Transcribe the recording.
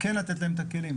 כן לתת להם את הכלים.